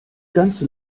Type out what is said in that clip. ganze